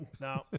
No